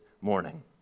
morning